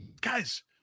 guys